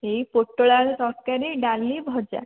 ଏଇ ପୋଟଳ ଆଳୁ ତରକାରୀ ଡାଲି ଭଜା